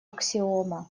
аксиома